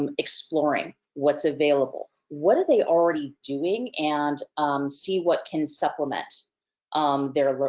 um exploring what's available. what are they already doing and see what can supplement um their,